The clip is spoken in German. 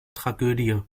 tragödie